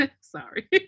sorry